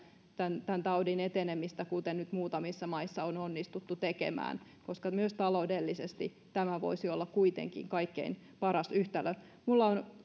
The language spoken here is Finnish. tämän tämän taudin eteneminen kuten nyt muutamissa maissa on onnistuttu tekemään koska myös taloudellisesti tämä voisi olla kuitenkin kaikkein paras yhtälö minulla on